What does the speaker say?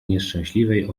nieszczęśliwej